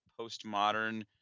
postmodern